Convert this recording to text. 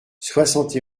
soixante